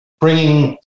bringing